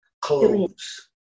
clothes